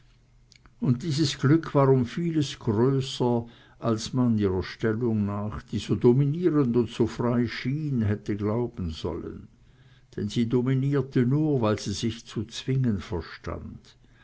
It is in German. und dieses glück war um vieles größer als man ihrer stellung nach die so dominierend und so frei schien hätte glauben sollen denn sie dominierte nur weil sie sich zu zwingen verstand